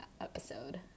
episode